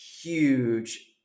huge